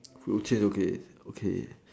okay okay